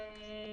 לא.